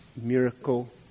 miracle